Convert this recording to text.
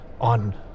on